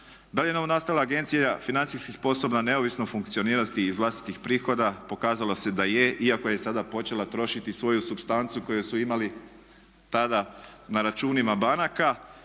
Da li je novonastala agencija financijski sposobna neovisno funkcionirati iz vlastitih prihoda pokazalo se da je, iako je sada počela trošiti svoju supstancu koju su imali tada na računima banaka.